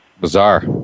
Bizarre